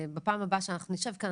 בפעם הבאה שאנחנו נשב כאן,